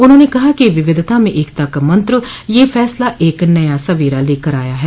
उन्होंने कहा कि विविधता में एकता का मंत्र यह फैसला एक नया सबेरा लेकर आया है